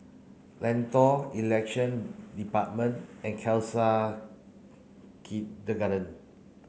Lentor Election Department and Khalsa Kindergarten